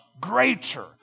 greater